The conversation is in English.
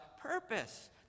purpose